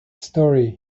story